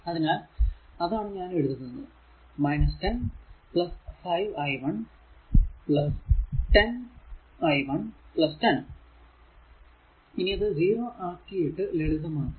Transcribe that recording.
അതിനാൽ അതാണ് ഞാൻ എഴുതുന്നത് 10 5 i 1 10 i 1 10 ഇനി അത് 0 ആക്കിയിട്ടു ലളിതമാക്കുക